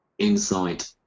insight